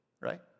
right